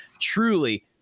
truly